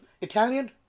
Italian